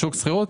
שוק שכירות,